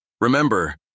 Remember